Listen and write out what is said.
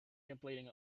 completing